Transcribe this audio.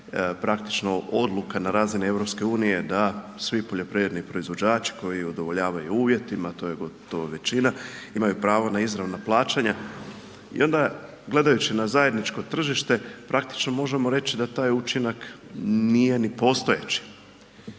praktično odluka na razini EU da svi poljoprivredni proizvođači koji udovoljavaju uvjetima, to je gotovo većina imaju pravo na izravna plaćanja i onda gledajući na zajedničko tržište praktično možemo reći da taj učinak nije ni postojeći